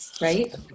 Right